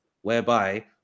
whereby